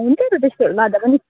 हुन्छ त त्यस्तोहरू लाँदा पनि